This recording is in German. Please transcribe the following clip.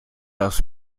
das